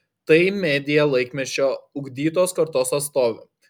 tai media laikmečio ugdytos kartos atstovė